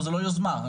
אני